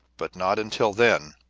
but not until then,